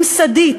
ממסדית,